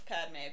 Padme